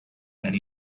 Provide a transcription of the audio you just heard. and